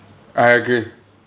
I agree